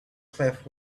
cliff